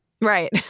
Right